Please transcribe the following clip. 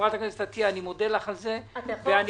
חברת הכנסת עטיה, אני מודה לך על שיזמת את הדיון.